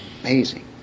Amazing